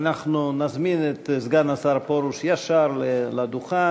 נזמין את סגן השר פרוש ישר לדוכן,